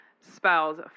spells